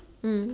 mm